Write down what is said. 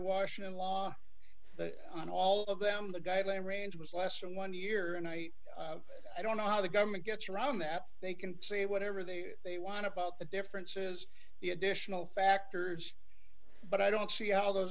washington law on all of them the guideline range was less than one year and i i don't know how the government gets around that they can say whatever they they want about the differences the additional factors but i don't see how those